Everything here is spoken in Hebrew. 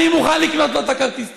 אני מוכן לקנות לו את הכרטיס טיסה.